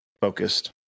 focused